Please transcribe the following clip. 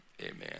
amen